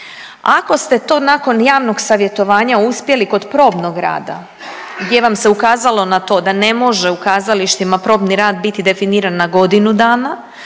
Ako ste to nakon javnog savjetovanja uspjeli kod probnog rada gdje vam se ukazalo na to da ne može u kazalištima probni rad biti definiran na godinu dana